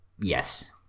yes